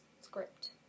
script